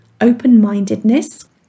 open-mindedness